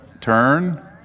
turn